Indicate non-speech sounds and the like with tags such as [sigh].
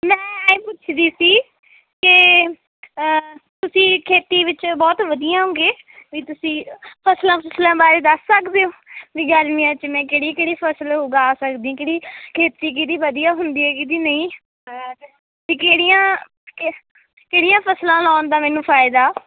ਮੈਂ ਇਹ ਪੁੱਛਦੀ ਸੀ ਕਿ ਤੁਸੀਂ ਖੇਤੀ ਵਿੱਚ ਬਹੁਤ ਵਧੀਆ ਹੋਉਂਗੇ ਵੀ ਤੁਸੀਂ ਫਸਲਾਂ ਫੁਸਲਾਂ ਬਾਰੇ ਦੱਸ ਸਕਦੇ ਹੋ ਵੀ ਗਰਮੀ 'ਚ ਮੈਂ ਕਿਹੜੀ ਕਿਹੜੀ ਫਸਲ ਉਗਾ ਸਕਦੀ ਕਿਹੜੀ ਖੇਤੀ ਕਿਹਦੀ ਵਧੀਆ ਹੁੰਦੀ ਹੈ ਕਿਹਦੀ ਨਹੀਂ [unintelligible] ਅਤੇ ਕਿਹੜੀਆਂ ਕੇ ਕਿਹੜੀਆਂ ਫਸਲਾਂ ਲਾਉਣ ਦਾ ਮੈਨੂੰ ਫਾਇਦਾ